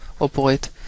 operate